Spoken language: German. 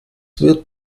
wird